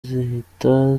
zihita